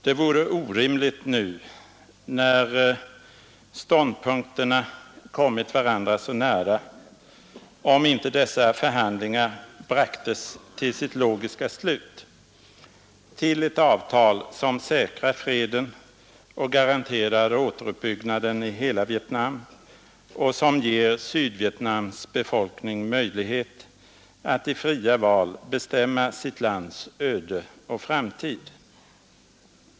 Det vore orimligt, nu när ståndpunkterna kommit varandra så nära, om inte dessa förhandlingar bragtes till sitt logiska slut, till ett avtal som säkrar freden och garanterar återuppbyggnaden i hela Vietnam och som ger Sydvietnams befolkning möjlighet att i fria val bestämma sitt lands öde och framtid.